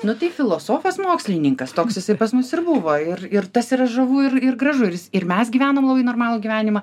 nu tai filosofas mokslininkas toks jisai pas mus ir buvo ir ir tas yra žavu ir ir gražu ir ir mes gyvenom labai normalų gyvenimą